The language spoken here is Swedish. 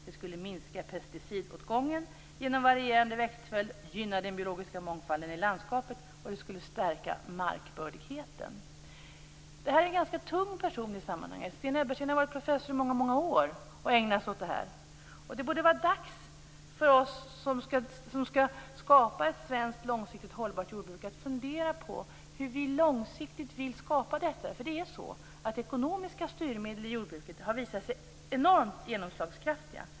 Det skulle minska pesticidåtgången genom varierande växtföljd och gynna den biologiska mångfalden i landskapet, och det skulle stärka markbördigheten. Sten Ebbersten är en ganska tung person i sammanhanget. Han har varit professor i många år och har ägnat sig åt det här. Det borde vara dags för oss som skall skapa ett svenskt långsiktigt hållbart jordbruk att fundera på hur vi långsiktigt vill göra detta. Det är så att ekonomiska styrmedel i jordbruket har visat sig ha enorm genomslagskraft.